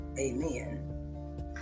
Amen